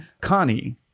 Connie